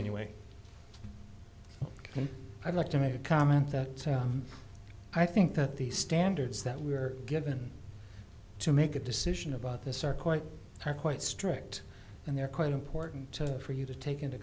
anyway i'd like to make a comment that i think that the standards that we're given to make a decision about this are quite quite strict and they're quite important for you to take into